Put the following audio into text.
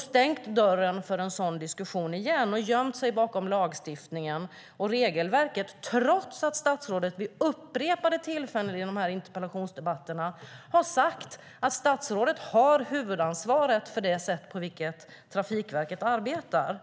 stängt dörren för en sådan diskussion igen och gömt sig bakom lagstiftning och regelverket, trots att statsrådet vid upprepade tillfällen i de här interpellationsdebatterna har sagt att statsrådet har huvudansvaret för det sätt på vilket Trafikverket arbetar.